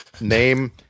name